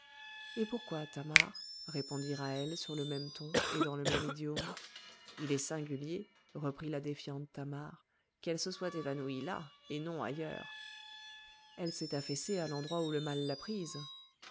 et pourquoi thamar répondit ra'hel sur le même ton et dans le même idiome il est singulier reprit la défiante thamar qu'elle se soit évanouie là et non ailleurs elle s'est affaissée à l'endroit où le mal l'a prise